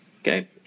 Okay